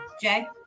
Jay